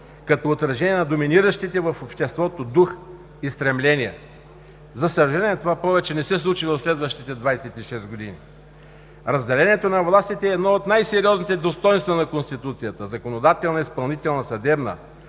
като отражение на доминиращите в обществото дух и стремления. За съжаление това повече не се случи в следващите 26 години. Разделението на властите е едно от най-сериозните достойнства на Конституцията – законодателна, изпълнителна и съдебна.